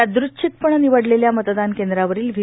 या दृच्छिकपणं निवडलेल्या मतदान केंद्रावरील व्ही